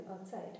outside